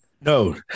no